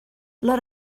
les